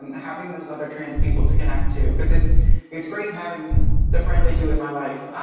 um having those other trans people to connect to. because it's it's great having the friends i do in my life.